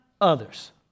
others